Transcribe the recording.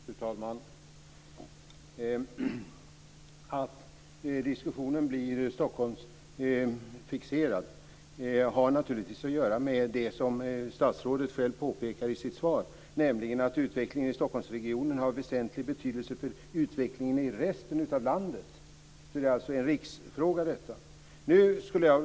Fru talman! Att diskussionen blir Stockholmsfixerad har naturligtvis att göra med det som statsrådet själv påpekar i sitt svar. Utvecklingen i Stockholmsregionen har väsentlig betydelse för utvecklingen i resten av landet. Det är alltså en riksfråga.